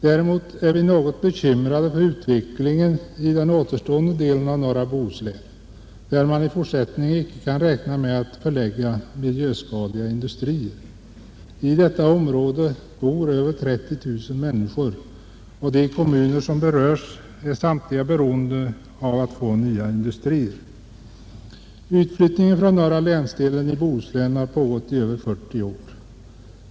Däremot är vi något bekymrade för utvecklingen i den återstående delen av norra Bohuslän, dit man i fortsättningen inte kan räkna med att miljöskadliga industrier förläggs. I detta område bor över 30 000 människor, och de kommuner som berörs är samtliga beroende av att få nya industrier. Utflyttningen från norra länsdelen i Bohuslän har pågått i över 40 år.